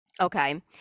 okay